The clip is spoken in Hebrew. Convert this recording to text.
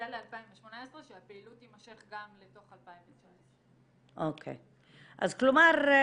זה ל-2018 שהפעילות תימשך גם לתוך 2019. כלומר,